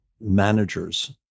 managers